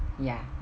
ya